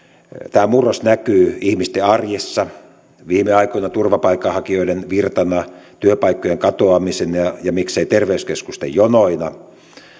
tämä murros näkyy ihmisten arjessa viime aikoina turvapaikanhakijoiden virtana työpaikkojen katoamisena ja ja miksei terveyskeskusten jonoina